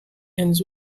ends